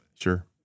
Sure